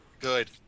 good